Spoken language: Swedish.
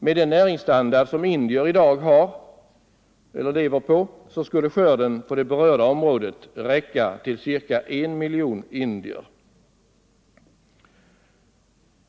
Med den näringsstandard som indier i dag lever på skulle skörden på det berörda området räcka till ca 1 miljon indier.